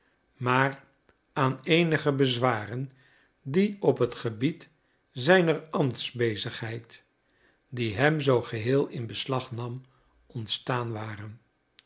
maar aan eenige bezwaren die op het gebied zijner ambtsbezigheid die hem zoo geheel in beslag nam ontstaan waren